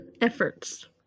efforts